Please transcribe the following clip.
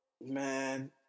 Man